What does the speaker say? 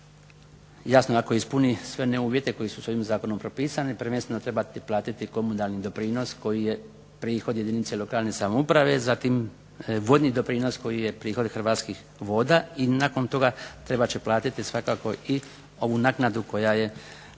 jasno ako ispuni sve uvjete koji su ovim zakonom propisani prvenstveno trebati platiti komunalni doprinos koji je prihod jedinice lokalne samouprave, zatim vodni doprinos koji je prihod Hrvatskih voda, i nakon toga trebati će platiti svakako ovu naknadu koja je